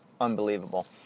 unbelievable